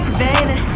baby